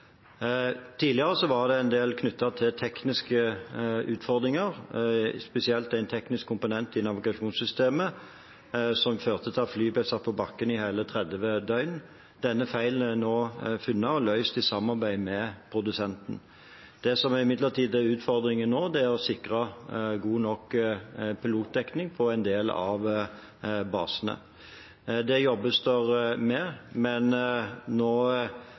var det en del knyttet til tekniske utfordringer, spesielt en teknisk komponent i navigasjonssystemet, som førte til at fly ble satt på bakken i hele 30 døgn. Denne feilen er nå funnet og løst i samarbeid med produsenten. Det som imidlertid er utfordringen nå, er å sikre god nok pilotdekning på en del av basene. Det jobbes det med. Jeg har nå